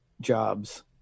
jobs